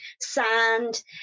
sand